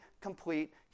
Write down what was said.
complete